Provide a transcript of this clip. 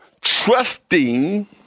trusting